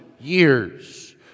years